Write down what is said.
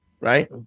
right